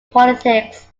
politics